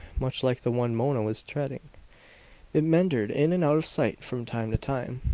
much like the one mona was treading it meandered in and out of sight from time to time.